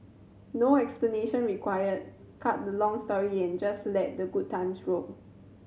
no explanation required cut the long story and just let the good times roll